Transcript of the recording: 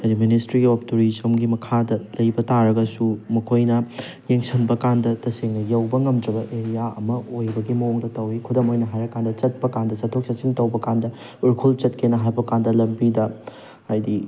ministry of ꯇꯨꯔꯤꯖꯝꯒꯤ ꯃꯈꯥꯗ ꯂꯩꯕ ꯇꯥꯔꯒꯁꯨ ꯃꯈꯣꯏꯅ ꯌꯦꯡꯁꯟꯕ ꯀꯥꯟꯗ ꯇꯁꯦꯡꯅ ꯌꯧꯕ ꯉꯝꯗ꯭ꯔꯕ ꯑꯦꯔꯤꯌꯥ ꯑꯃ ꯑꯣꯏꯕꯒꯤ ꯃꯑꯣꯡꯗ ꯇꯧꯋꯤ ꯈꯨꯗꯝ ꯑꯣꯏꯅ ꯍꯥꯏꯔ ꯀꯥꯟꯗ ꯆꯠꯄ ꯀꯥꯟꯗ ꯆꯠꯊꯣꯛ ꯆꯠꯁꯤꯟ ꯇꯧꯕ ꯀꯥꯟꯗ ꯎꯔꯈꯨꯜ ꯆꯠꯀꯦꯅ ꯍꯥꯏꯕ ꯀꯥꯟꯗ ꯂꯝꯕꯤꯗ ꯍꯥꯏꯗꯤ